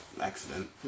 accident